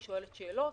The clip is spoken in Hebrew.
היא שואלת שאלות,